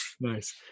Nice